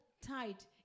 Tight